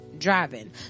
driving